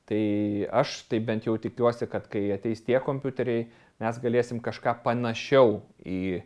tai aš taip bent jau tikiuosi kad kai ateis tie kompiuteriai mes galėsim kažką panašiau į